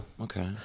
Okay